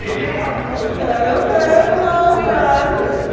yeah! okay. okay, hello friends!